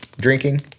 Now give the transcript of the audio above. drinking